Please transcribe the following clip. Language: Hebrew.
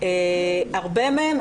הרבה מהן,